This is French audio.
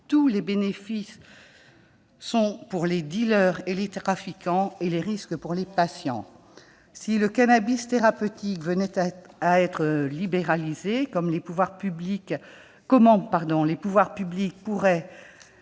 tous les bénéfices sont pour les dealers et les trafiquants, tous les risques pour les patients ! Oh, ça va ! Si le cannabis thérapeutique venait à être libéralisé, comment les pouvoirs publics pourront-ils